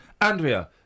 Andrea